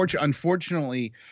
Unfortunately